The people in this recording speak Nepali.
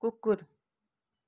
कुकुर